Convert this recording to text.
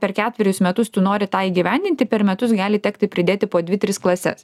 per ketverius metus tu nori tą įgyvendinti per metus gali tekti pridėti po dvi tris klases